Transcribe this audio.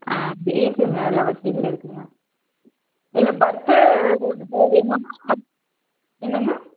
ஆ இருக்குதுங்க எல்லா வசதிகளும் இருக்குதுங்க இல்லை பர்த்து வேணும்னா என்னங்க